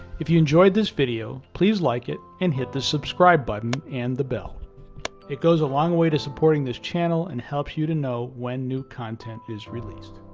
if you enjoyed this video please like it and hit the subscribe button and the bell it goes a long way to supporting this channel and helps you to know when new content is released.